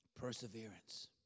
Perseverance